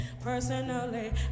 Personally